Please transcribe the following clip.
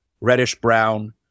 reddish-brown